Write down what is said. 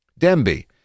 Demby